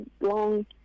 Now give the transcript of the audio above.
long